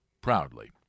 proudly